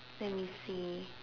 let me see